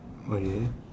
okay